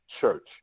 church